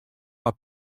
mar